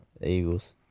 Eagles